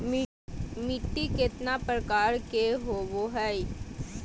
मिट्टी केतना प्रकार के होबो हाय?